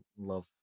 love